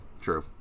True